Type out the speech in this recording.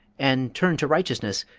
and turn to righteousness,